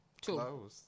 Two